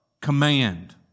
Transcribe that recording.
command